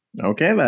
Okay